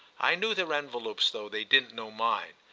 i knew their envelopes though they didn't know mine.